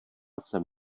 jsem